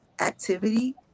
activity